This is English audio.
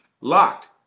locked